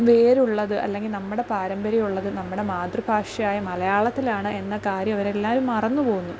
വേരുള്ളത് അല്ലെങ്കിൽ നമ്മുടെ പാരമ്പര്യം ഉള്ളത് നമ്മുടെ മാതൃഭാഷയായ മലയാളത്തിലാണ് എന്ന കാര്യം അവരെല്ലാവരും മറന്നു പോകുന്നു